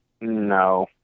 No